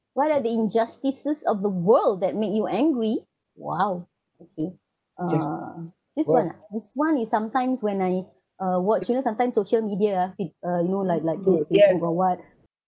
okay what are the injustices of the world that make you angry !wow! okay uh this one ah this one is sometimes when I uh watch you know sometimes social media ah uh you know like like those issues or what